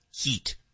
Heat